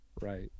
Right